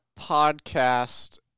podcast